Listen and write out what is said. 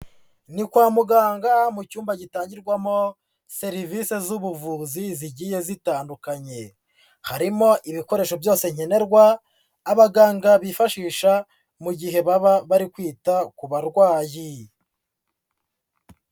Ni kwa muganga mu cyumba gitangirwamo serivisi z'ubuvuzi zigiye zitandukanye. Harimo ibikoresho byose nkenerwa abaganga bifashisha mu gihe baba bari kwita ku barwayi.